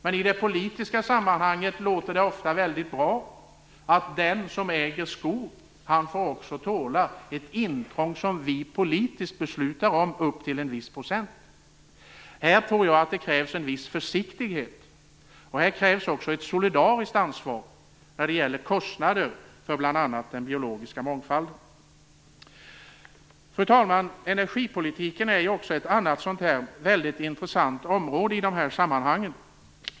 Men i politiska sammanhang låter det ofta väldigt bra att den som äger skog också får tåla ett intrång som vi politiskt beslutar om upp till en viss procent. Här tror jag att det krävs en viss försiktighet, och här krävs också ett solidariskt ansvar när det gäller kostnader för bl.a. Fru talman! Energipolitiken är ett annat väldigt intressant område i de här sammanhangen.